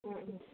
ꯎꯝ ꯎꯝ